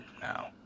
now